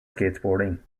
skateboarding